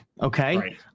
okay